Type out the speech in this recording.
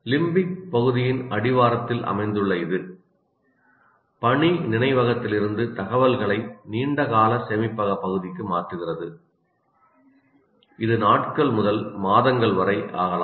limbic பகுதியின் அடிவாரத்தில் அமைந்துள்ள இது பணி நினைவகத்திலிருந்து தகவல்களை நீண்ட கால சேமிப்பக பகுதிக்கு மாற்றுகிறது இது நாட்கள் முதல் மாதங்கள் வரை ஆகலாம்